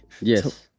Yes